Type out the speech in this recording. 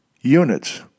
units